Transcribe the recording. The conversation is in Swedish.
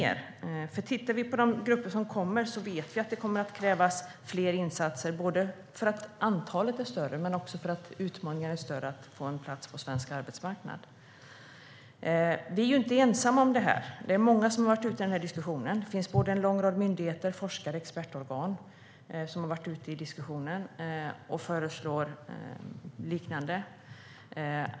Tittar vi på de grupper som kommer inser vi att det kommer att krävas fler insatser, både för att antalet är större och för att utmaningarna i att få en plats på svensk arbetsmarknad är större. Vi är inte ensamma om det här. Det är många som har deltagit i diskussionen, och en lång rad myndigheter, forskare och expertorgan har liknande förslag.